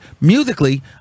musically